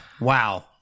Wow